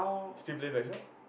still play Blackshot